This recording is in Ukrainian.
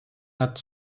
над